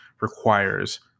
requires